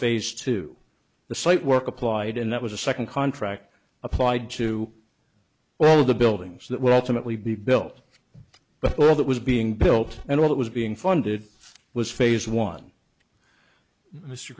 phase two the site work applied and that was a second contract applied to all the buildings that will ultimately be built but all that was being built and all that was being funded was phase one mr